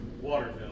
Waterville